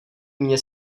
mne